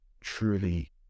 truly